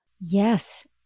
Yes